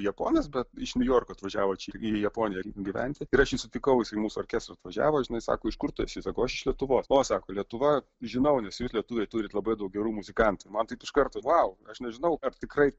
japonas bet iš niujorko atvažiavo čia į japoniją gyventi ir aš jį sutikau jisai mūsų orkestro atvažiavo žinai sako iš kur tu esi sakau aš iš lietuvos o sako lietuva žinau nes jūs lietuviai turit labai daug gerų muzikantų man taip iš karto vau aš nežinau ar tikrai